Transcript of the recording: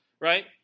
right